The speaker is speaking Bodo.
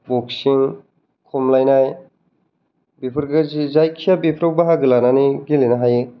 बक्सिं खमलायनाय बेफोरबादि जायखिजाया बेफोराव बाहागो लानानै गेलेनो हायो